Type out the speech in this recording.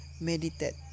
meditate